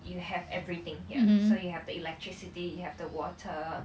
you have everything here so you have the electricity you have the water